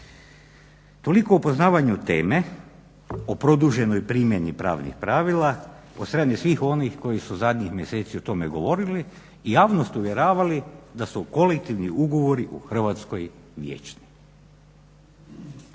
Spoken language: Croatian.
Toliko o poznavanju teme o produženoj primjeni pravnih pravila po strani svih onih koji su zadnjih mjeseci o tome govorili i javnost uvjeravali da su kolektivni ugovori u Hrvatskoj vječni.